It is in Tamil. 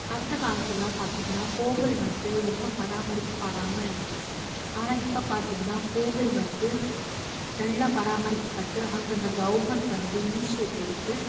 அந்த காலத்திலலாம் பார்த்திங்கனா கோவில் வந்து ரொம்ப பராமரிக்கப்படாமல் இருந்துச்சு ஆனால் இப்போ பார்த்திங்கனா கோவில் வந்து நல்லா பராமரிக்கப்பட்டு அந்தந்த கவர்மெண்ட் வந்து இனிஷியேட் எடுத்து